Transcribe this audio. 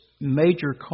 major